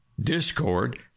Discord